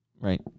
Right